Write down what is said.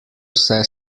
vse